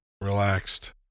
relaxed